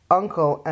uncle